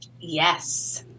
Yes